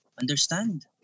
Understand